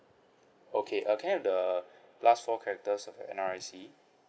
okay uh can I have the last four characters of your N_R_I_C